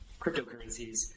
cryptocurrencies